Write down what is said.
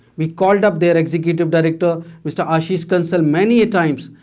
we called up their executive director mr ashish kansal many a times,